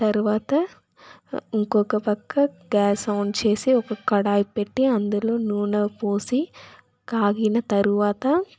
తర్వాత ఇంకొక పక్క గ్యాస్ ఆన్ చేసి ఒక కడాయి పెట్టి అందులో నూనె పోసి కాగిన తర్వాత